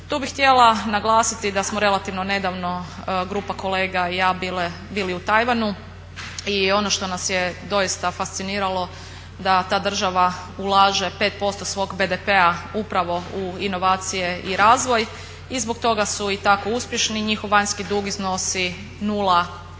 Tu bih htjela naglasiti da smo relativno nedavno grupa kolega i ja bili u Tajvanu i ono što nas je doista fasciniralo da ta država ulaže 5% svog BDP-a upravo u inovacije i razvoj i zbog toga su i tako uspješni. Njihov vanjski dug iznosi 0